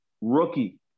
Rookie